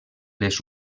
les